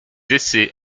essais